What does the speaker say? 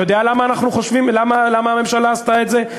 אתה יודע למה הממשלה עשתה את זה?